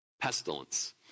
pestilence